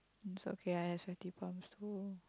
it's okay I have sweaty palms too